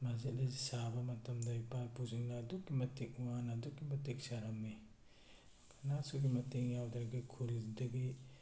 ꯃꯁꯖꯤꯠ ꯑꯁꯤ ꯁꯥꯕ ꯃꯇꯝꯗ ꯏꯄꯥ ꯏꯄꯨ ꯁꯤꯡꯅ ꯑꯗꯨꯛꯀꯤ ꯃꯇꯤꯛ ꯋꯥꯅ ꯑꯗꯨꯛꯀꯤ ꯃꯇꯤꯛ ꯁꯥꯔꯝꯃꯤ ꯀꯅꯥꯁꯨꯒꯤ ꯃꯇꯦꯡ ꯌꯥꯎꯗ꯭ꯔꯒ ꯈꯨꯜꯗꯒꯤ